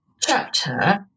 chapter